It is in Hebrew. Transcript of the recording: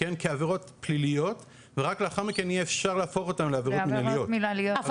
כעבירות פליליות ורק לאחר מכן יהיה אפשר להפוך אותן לעבירות מנהליות.